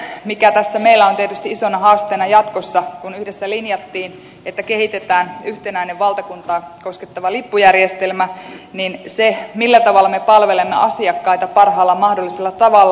se mikä tässä meillä on tietysti isona haasteena jatkossa kun yhdessä linjattiin että kehitetään yhtenäinen valtakuntaa koskettava lippujärjestelmä on se millä tavalla me palvelemme asiakkaita parhaalla mahdollisella tavalla